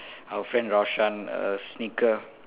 our friend Raushan a sneaker